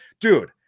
Dude